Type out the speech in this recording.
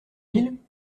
ville